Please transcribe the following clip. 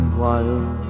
wild